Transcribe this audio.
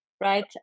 right